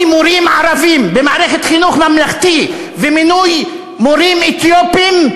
מורים ערבים במערכת חינוך ממלכתי למינוי מורים אתיופים,